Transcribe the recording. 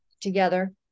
together